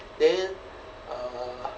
then uh